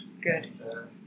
Good